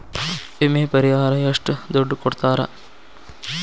ವಿಮೆ ಪರಿಹಾರ ಎಷ್ಟ ದುಡ್ಡ ಕೊಡ್ತಾರ?